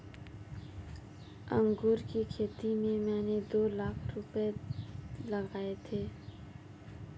अंगूर की खेती में मैंने दो लाख रुपए लगाए थे